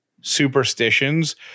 superstitions